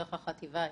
דרך החטיבה העסקית.